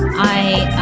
i